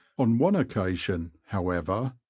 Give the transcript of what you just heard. on one occasion, however,